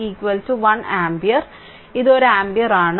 ഇത് 1 ആമ്പിയർ ആണ്